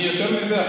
יותר מזה.